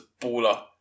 baller